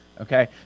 okay